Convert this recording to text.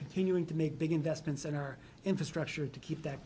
continuing to make big investments in our infrastructure to keep that